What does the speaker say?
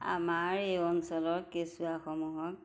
আমাৰ এই অঞ্চলৰ কেঁচুৱাসমূহক